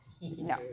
no